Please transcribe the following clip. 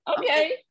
okay